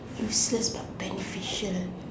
unless but beneficial